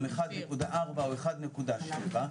אם לא, בואו נתקדם הלאה ונמשיך.